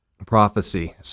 prophecy